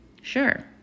Sure